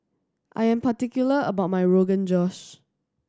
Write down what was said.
I am particular about my Rogan Josh